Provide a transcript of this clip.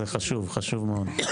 זה חשוב מאוד.